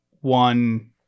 one